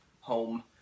home